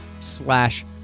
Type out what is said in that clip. slash